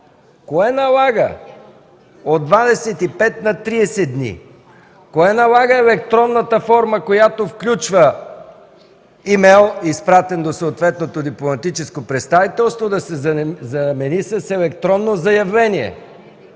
Кое налага от 25 на 30 дни?! Кое налага електронната форма, която включва имейл, изпратен до съответното дипломатическо представителство, да се замени с електронно заявление?